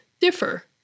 differ